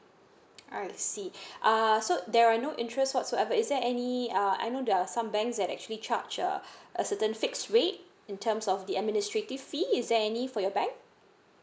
I see uh so there are no interest whatsoever is there any uh I know they're some banks that actually charge uh a certain fix rate in terms of the administrative fee is there any for your bank